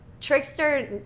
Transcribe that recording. trickster